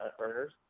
earners